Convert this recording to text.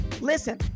Listen